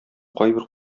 кайбер